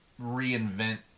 reinvent